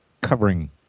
covering